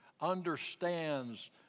understands